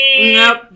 Nope